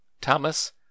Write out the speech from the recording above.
Thomas